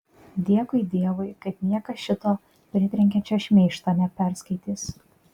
dėkui dievui kad niekas šito pritrenkiančio šmeižto neperskaitys